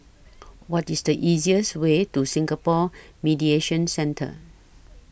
What IS The easiest Way to Singapore Mediation Centre